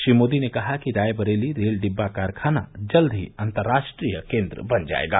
श्री मोदी ने कहा कि रायबरेली रेल डिब्बा कारखाना जल्द ही अंतर्राष्ट्रीय केन्द्र बन जायेगा